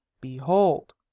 behold